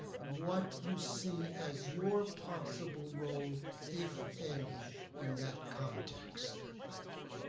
what you see as your possible role if any in that context. thank you.